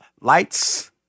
Lights